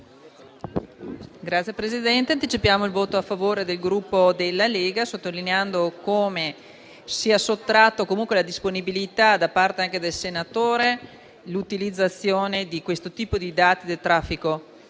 Signor Presidente, anticipiamo il voto a favore del Gruppo Lega, sottolineando come sia sottratto comunque alla disponibilità, anche da parte del senatore, l'utilizzo di questo tipo di dati del traffico